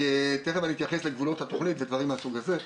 ותיכף אתייחס לגבולות התכנית ודברים מסוג זה,